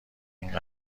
این